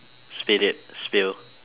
spit it spill